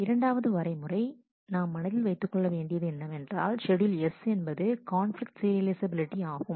இரண்டாவது வரைமுறை நாம் மனதில் வைத்துக்கொள்ள வேண்டியது என்னவென்றால் ஷெட்யூல் S என்பது கான்பிலிக்ட் சீரியலைஃசபிலிட்டி ஆகும்